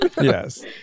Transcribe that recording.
Yes